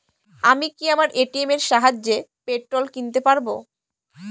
আমি কি আমার এ.টি.এম এর সাহায্যে পেট্রোল কিনতে পারব?